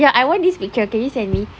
oh ya I want this picture can you send me